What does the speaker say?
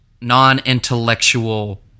non-intellectual